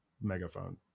megaphone